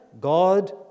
God